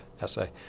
essay